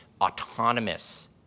autonomous